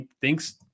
thinks